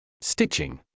stitching